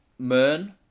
Mern